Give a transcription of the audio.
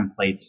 templates